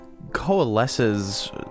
coalesces